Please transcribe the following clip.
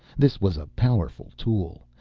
this was a powerful tool,